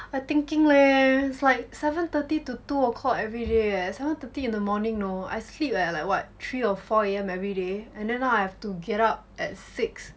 I thinking leh it's like seven thirty to two o'clock everyday eh seven thirty in the morning you know I sleep at like what three or four A_M everyday and then now I have to get up at six